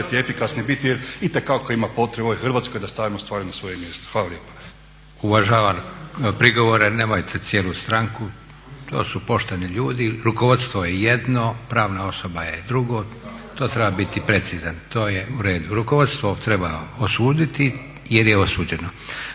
efikasni biti, itekako ima potrebe u ovoj Hrvatskoj da stavimo stvari na svoje mjesto. Hvala lijepa. **Leko, Josip (SDP)** Uvažavam prigovore. Nemojte cijelu stranku, to su pošteni ljudi. Rukovodstvo je jedno, pravna osoba je drugo. To treba biti precizan, to je u redu. Rukovodstvo treba osuditi jer je osuđeno.